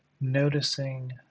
noticing